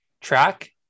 track